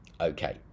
okay